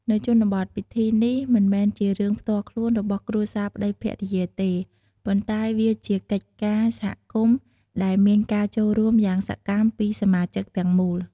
នៅជនបទ ពិធីនេះមិនមែនជារឿងផ្ទាល់ខ្លួនរបស់គ្រួសារប្ដីភរិយាទេ ប៉ុន្តែវាជាកិច្ចការសហគមន៍ដែលមានការចូលរួមយ៉ាងសកម្មពីសមាជិកទាំងមូល។